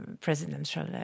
presidential